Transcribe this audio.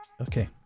Okay